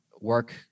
work